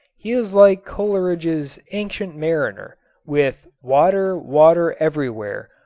he is like coleridge's ancient mariner with water, water, everywhere,